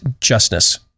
justness